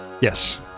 Yes